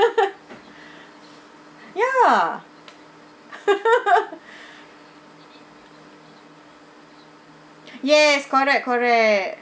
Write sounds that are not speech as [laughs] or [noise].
ya [laughs] yes correct correct